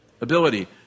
ability